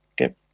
okay